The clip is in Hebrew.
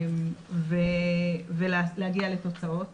ולהגיע לתוצאות